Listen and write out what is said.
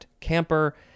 camper